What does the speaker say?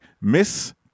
Miss